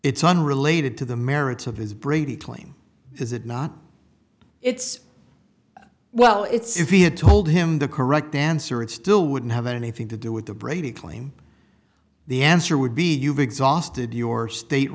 it's unrelated to the merits of this brady claim is it not it's well it's if he had told him the correct answer it still wouldn't have anything to do with the brady claim the answer would be you've exhausted your state